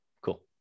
Cool